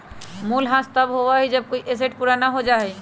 मूल्यह्रास तब होबा हई जब कोई एसेट पुराना हो जा हई